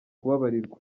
kubabarirwa